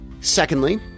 Secondly